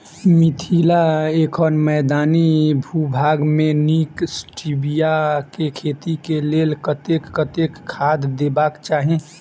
मिथिला एखन मैदानी भूभाग मे नीक स्टीबिया केँ खेती केँ लेल कतेक कतेक खाद देबाक चाहि?